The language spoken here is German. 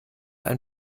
ein